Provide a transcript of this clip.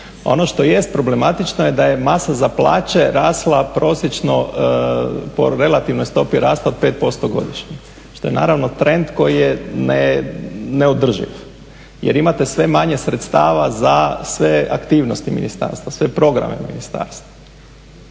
Ono što jest problematično je da je masa za plaće rasla prosječno po relativnoj stopi rasta od 5% godišnje, što je trend koji je neodrživ jer imate sve manje sredstava za sve aktivnosti ministarstva, sve programe ministarstva.